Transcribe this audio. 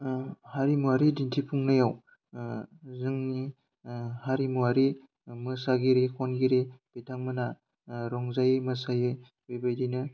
हारिमुवारि दिन्थिफुंनायाव जोंनि हारिमुवारि मोसागिरि खनगिरि बिथांमोना रंजायै मोसायै बेबायदिनो